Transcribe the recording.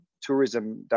tourism